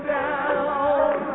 down